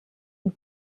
and